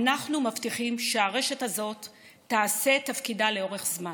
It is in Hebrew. אנחנו מבטיחים שהרשת הזאת תעשה את תפקידה לאורך זמן.